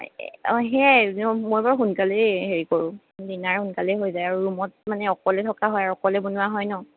সেইয়াই মই বাৰু সোনকালেই হেৰি কৰোঁ ডিনাৰ সোনকালেই হৈ যায় আৰু ৰুমত মানে অকলে থকা হয় অকলে বনোৱা হয় ন